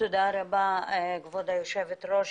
תודה רבה, כבוד היושבת ראש.